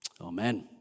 Amen